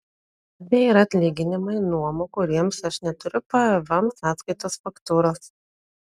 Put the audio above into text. tai yra atlyginimai nuoma kuriems aš neturiu pvm sąskaitos faktūros